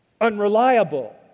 unreliable